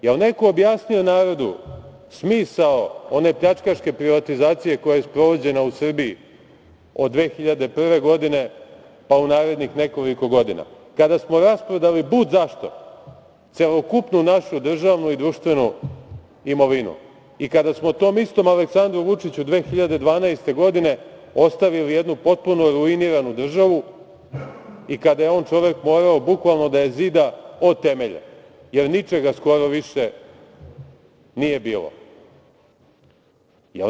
Da li je neko objasnio narodu smisao one pljačkaške privatizacije koja je sprovođena u Srbiji od 2001. godine pa u narednih nekoliko godina, kada smo rasprodali budzašto celokupnu našu državnu i društvenu imovinu i kada smo to istom Aleksandru Vučiću 2012. godine ostavili jednu potpuno ruiniranu državu i kada je on čovek morao bukvalno da je zida od temelja, jer ničega skoro više nije bilo?